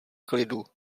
klidu